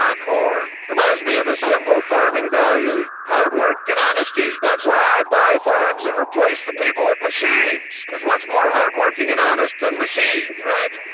um corn. reminds me of the simple, farming values hard work and honesty. that's why i buy farms and replace the people with machines. cause what's more hard-working and honest than machines, right?